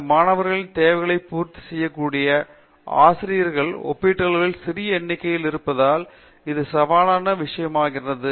இந்த மாணவர்களின் தேவைகளை பூர்த்தி செய்யக்கூடிய ஆசிரியர்கள் ஒப்பீட்டளவில் சிறிய எண்ணிக்கையில் இருப்பதால் இது ஒரு சவாலாக இருக்கிறது